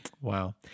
Wow